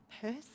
person